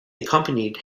accompanied